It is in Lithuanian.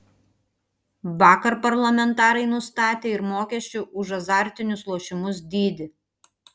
vakar parlamentarai nustatė ir mokesčių už azartinius lošimus dydį